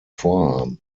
vorhaben